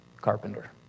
carpenter